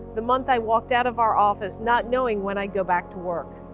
the month i walked out of our office, not knowing when i'd go back to work.